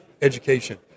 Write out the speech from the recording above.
education